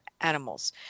animals